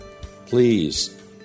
Please